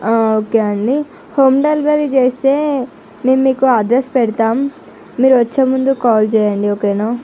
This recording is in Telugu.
ఓకే అండి హోమ్ డెలివరీ చేస్తే మేము మీకు అడ్రస్ పెడతాం మీరు వచ్చేముందు కాల్ చేయండి ఓకేనా